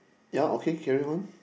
ya okay carry on